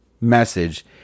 message